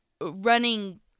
running